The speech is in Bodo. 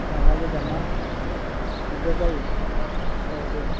लामा गोजान ना दिग्दार जायो औ दे